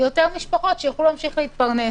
יותר משפחות שיוכלו להמשיך להתפרנס.